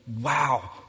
Wow